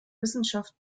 wissenschaften